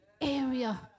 area